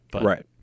Right